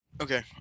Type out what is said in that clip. Okay